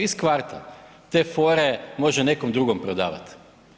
Iz kvarta, te fore može nekom drugom prodavati.